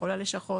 בכל הלשכות,